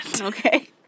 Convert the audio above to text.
Okay